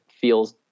feels